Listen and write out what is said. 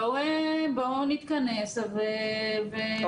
בואו נתכנס וגם נראה מה אפשר לעשות.